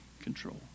control